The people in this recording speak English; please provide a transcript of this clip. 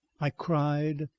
i cried.